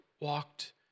walked